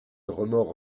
remords